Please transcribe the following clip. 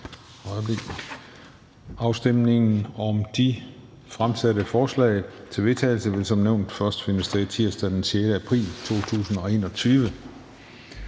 afsluttet. Afstemningen om de fremsatte forslag til vedtagelse vil som nævnt først finde sted tirsdag den 6. april 2021.